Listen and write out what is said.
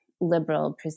liberal